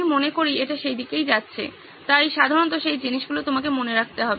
আমি মনে করি এটি সেই দিকে যাচ্ছে তাই সাধারণত সেই জিনিসগুলি তোমাকে মনে রাখতে হবে